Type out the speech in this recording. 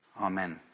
Amen